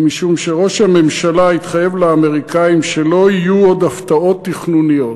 "הוא משום שראש הממשלה התחייב לאמריקנים שלא יהיו עוד הפתעות תכנוניות".